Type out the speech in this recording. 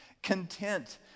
Content